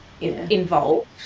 involved